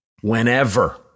whenever